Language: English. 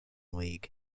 league